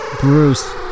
Bruce